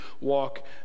walk